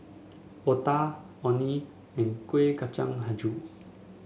otah Orh Nee and Kuih Kacang hijau